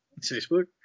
Facebook